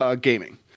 gaming